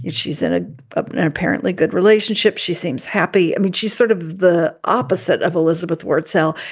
and she's in a apparently good relationship. she seems happy. i mean, she's sort of the opposite of elizabeth wurtzel.